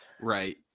Right